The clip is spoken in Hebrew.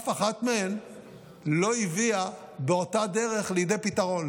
אף אחת מהן לא הביאה באותה דרך לידי פתרון,